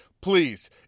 Please